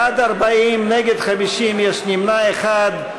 בעד, 40, נגד, 50, יש נמנע אחד.